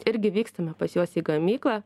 irgi vykstame pas juos į gamyklą